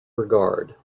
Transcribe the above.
regard